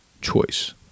choice